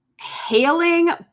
hailing